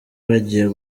bagiye